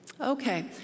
Okay